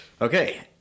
Okay